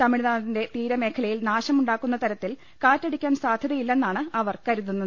തമിഴ്നാടിന്റെ തീര മേഖല യിൽ നാശമുണ്ടാക്കുന്ന തരത്തിൽ കാറ്റടിക്കാൻ സാധ്യതയില്ലെ ന്നാണ് അവർ കരുതുന്നത്